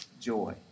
joy